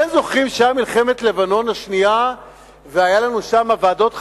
אתם זוכרים שהיתה מלחמת לבנון השנייה והיו שם ועדות חקירה?